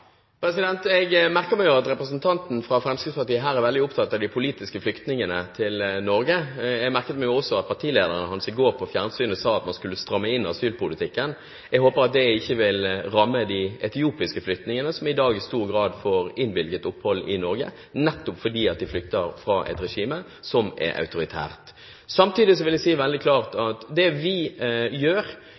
Jeg merker meg jo at representanten fra Fremskrittspartiet her er veldig opptatt av de politiske flyktningene til Norge. Jeg merket meg også at partilederen hans på fjernsynet i går sa at man skulle stramme inn asylpolitikken. Jeg håper at det ikke vil ramme de etiopiske flyktningene, som i dag i stor grad får innvilget opphold i Norge, nettopp fordi de flykter fra et regime som er autoritært. Samtidig vil jeg si veldig klart at det vi gjør